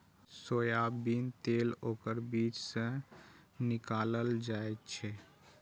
soybean तेल ओकर बीज सं निकालल जाइ छै